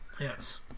yes